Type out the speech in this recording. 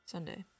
Sunday